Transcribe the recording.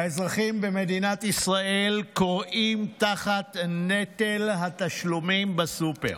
האזרחים במדינת ישראל כורעים תחת נטל התשלומים בסופר.